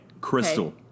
Crystal